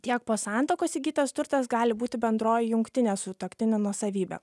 tiek po santuokos įgytas turtas gali būti bendroji jungtinė sutuoktinių nuosavybė